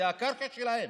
זו הקרקע שלהם.